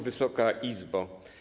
Wysoka Izbo!